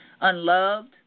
unloved